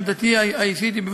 עמדתי האישית היא,